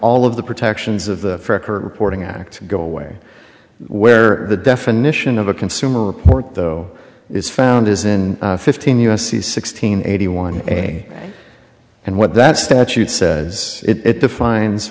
all of the protections of the record reporting act go away where the definition of a consumer report though is found is in fifteen u s c sixteen eighty one a and what that statute says it defines